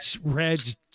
Red's